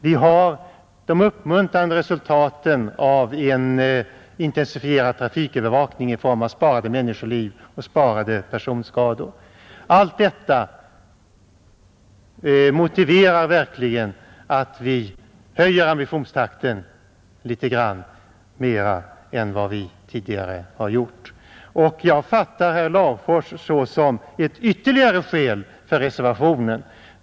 Vi har de uppmuntrande resultaten av en intensifierad trafikövervakning — i form av sparade människoliv och sparade personskador. Allt detta motiverar verkligen att vi höjer utbyggnadstakten litet mer än vad vi tidigare har gjort. Jag fattar herr Larfors” inlägg som ett ytterligare skäl för reservationen.